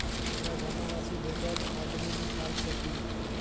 हमरा जमा राशि दोसर आदमी निकाल सकील?